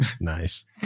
nice